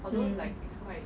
mmhmm